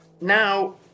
Now